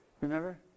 Remember